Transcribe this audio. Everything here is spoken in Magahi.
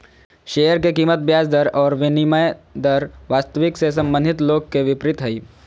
शेयर के कीमत ब्याज दर और विनिमय दर वास्तविक से संबंधित लोग के विपरीत हइ